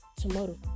tomorrow